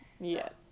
Yes